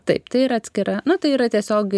taip tai yra atskira nu tai yra tiesiog